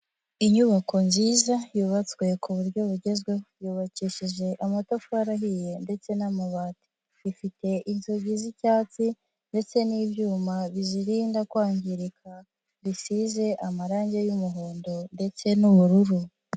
Inyubako nziza yubatswe ku buryo bugezweho, yubakishije amatafari ahiye ndetse n'amabati, ifite inzugi z'icyatsi ndetse n'ibyuma bizirinda kwangirika bisize amarange y'umuhondo ndetse n'ubururu.